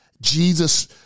Jesus